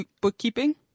bookkeeping